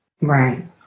Right